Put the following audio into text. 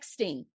texting